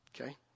okay